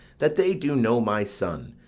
that they do know my son,